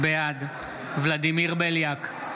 בעד ולדימיר בליאק,